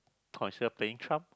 consider playing Trump